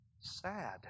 sad